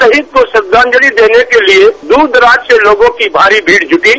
शहीद को श्रद्धांजलि देने के लिए दूरदराज से लोगों की भारी भीड़ जुटी